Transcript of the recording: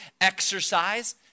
exercise